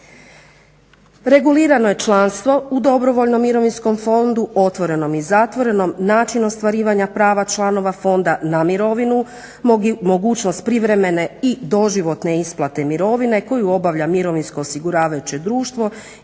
Regulirano je članstvo u dobrovoljnom mirovinskom fondu, otvorenom i zatvorenom, način ostvarivanja prava članova fonda na mirovinu, mogućnost privremene i doživotne isplate mirovine koju obavlja mirovinsko osiguravajuće društvo